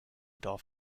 dorf